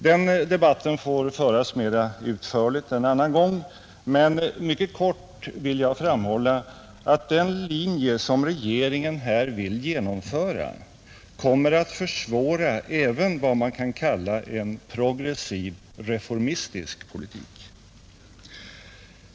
Den debatten får föras mer utförligt en annan gång, men mycket kort vill jag framhålla att den linje som regeringen här vill genomföra kommer att försvåra även vad man kan kalla en progressiv reformistisk politik.